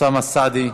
אוסאמה סעדי,